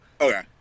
okay